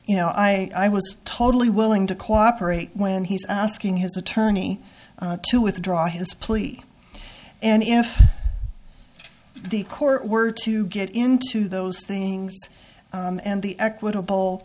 you know i was totally willing to cooperate when he's asking his attorney to withdraw his plea and if the court were to get into those things and the equitable